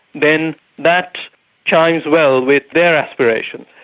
then that chimes well with their aspirations.